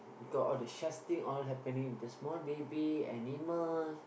cause all the things all happening with the small baby animal